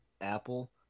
Apple